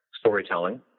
storytelling